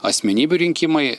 asmenybių rinkimai